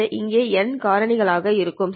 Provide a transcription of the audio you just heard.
இங்கே N காரணிகள் உள்ளன சரி